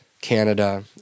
Canada